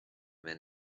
were